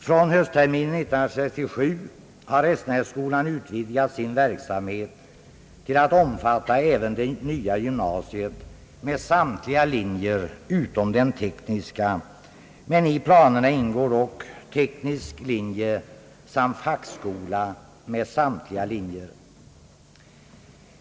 Från höstterminen 1967 har Restenässkolan utvidgat sin verksamhet till att omfatta även det nya gymnasiet med samtliga linjer utom den tekniska, men i planerna ingår också teknisk linje samt fackskola med samtliga linjer.